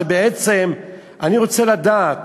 כשבעצם אני רוצה לדעת